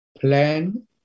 plan